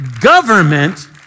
government